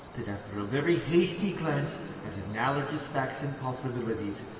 that, after a very hasty glance at analogous facts and possibilities,